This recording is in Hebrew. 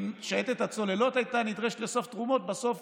אם שייטת הצוללות הייתה נדרשת לאסוף תרומות, בסוף